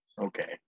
Okay